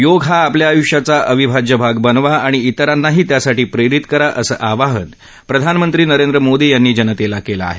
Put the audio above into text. योग हा आपल्या आय्ष्याचा अविभाज्य भाग बनवा आणि इतरांनाही त्यासाठी प्रेरित करा असं आवाहन प्रधानमंत्री नरेंद्र मोदी यांनी जनतेला केलं आहे